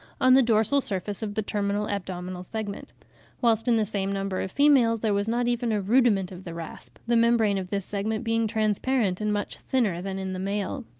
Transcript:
on the dorsal surface of the terminal abdominal segment whilst in the same number of females there was not even a rudiment of the rasp, the membrane of this segment being transparent, and much thinner than in the male.